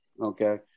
Okay